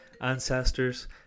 ancestors